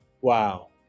Wow